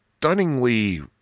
Stunningly